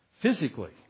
physically